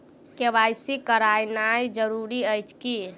KYC करानाइ जरूरी अछि की?